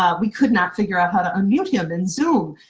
um we could not figure out how to unmute him in zoom.